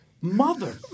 mother